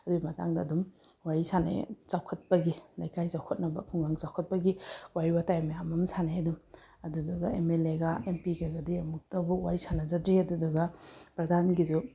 ꯑꯗꯨꯒꯤ ꯃꯇꯥꯡꯗ ꯑꯗꯨꯝ ꯋꯥꯔꯤ ꯁꯥꯟꯅꯩ ꯆꯥꯎꯈꯠꯄꯒꯤ ꯂꯩꯀꯥꯏ ꯆꯥꯎꯈꯠꯅꯕ ꯈꯨꯡꯒꯪ ꯆꯥꯎꯈꯠꯄꯒꯤ ꯋꯥꯔꯤ ꯋꯥꯇꯥꯏ ꯃꯌꯥꯝ ꯑꯃ ꯁꯥꯟꯅꯩ ꯑꯗꯨꯝ ꯑꯗꯨꯗꯨꯒ ꯑꯦꯝ ꯑꯜ ꯑꯦꯒ ꯑꯦꯝ ꯄꯤꯒꯗꯤ ꯑꯃꯨꯛꯇꯐꯥꯎ ꯋꯥꯔꯤ ꯁꯥꯟꯅꯥꯖꯗ꯭ꯔꯤ ꯑꯗꯨꯗꯨꯒ ꯄ꯭ꯔꯙꯥꯟꯒꯤꯁꯨ